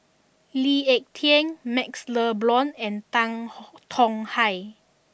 Lee Ek Tieng Maxle Blond and Tan Tong Hye